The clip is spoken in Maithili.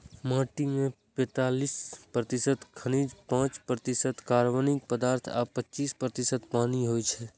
माटि मे पैंतालीस प्रतिशत खनिज, पांच प्रतिशत कार्बनिक पदार्थ आ पच्चीस प्रतिशत पानि होइ छै